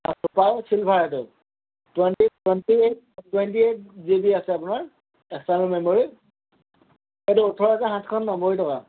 পাৰ silver এইটো twenty twenty eight twenty eight GB আছে আপোনাৰ এক্সটাৰ্ণেল মেম'ৰী সেইটো ওঠৰ হাজাৰ সাতশ নব্বৈ টকা